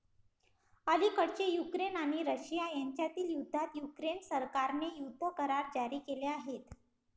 अलिकडेच युक्रेन आणि रशिया यांच्यातील युद्धात युक्रेन सरकारने युद्ध करार जारी केले आहेत